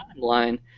timeline